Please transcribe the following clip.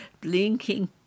blinking